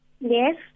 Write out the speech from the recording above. Yes